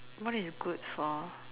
what is good for